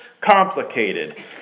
complicated